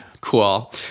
Cool